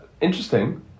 Interesting